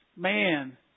Man